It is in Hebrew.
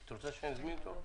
את רוצה שנזמין אותו?